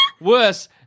worse